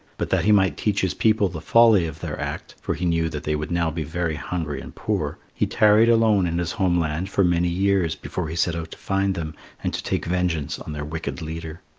but that he might teach his people the folly of their act for he knew that they would now be very hungry and poor he tarried alone in his home-land for many years before he set out to find them and to take vengeance on their wicked leader.